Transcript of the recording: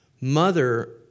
mother